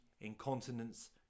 incontinence